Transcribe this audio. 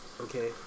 Okay